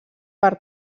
per